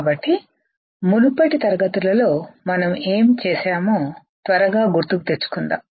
కాబట్టి మునుపటి తరగతులలో మనం ఏమి చేసామో త్వరగా గుర్తుకు తెచ్చుకుందాం